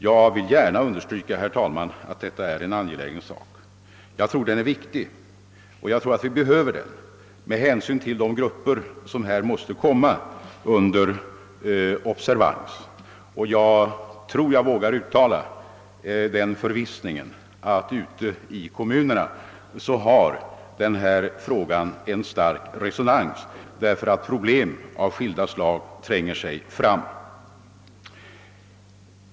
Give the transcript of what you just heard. Jag vill understryka att den uppsökande verksamheten är angelägen och att den behövs med hänsyn till de grupper som måste komma under observation. Jag är förvissad om att verksamheten har stark resonans ute i kommunerna därför att problem av skilda slag tränger sig fram.